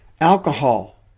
alcohol